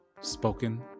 spoken